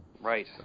Right